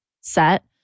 set